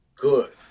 good